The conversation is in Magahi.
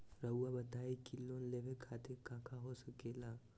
रउआ बताई की लोन लेवे खातिर काका हो सके ला?